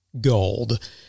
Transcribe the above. gold